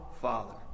Father